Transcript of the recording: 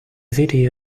video